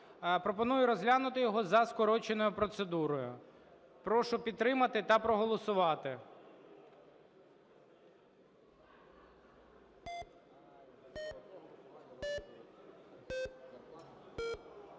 Пропоную розглянути його за скороченою процедурою. Прошу підтримати та проголосувати.